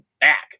back